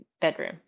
bedroom